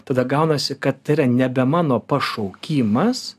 tada gaunasi kad tai yra nebe mano pašaukimas